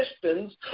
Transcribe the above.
questions